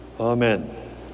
Amen